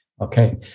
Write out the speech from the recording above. Okay